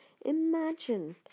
Imagine